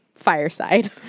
Fireside